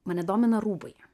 mane domina rūbai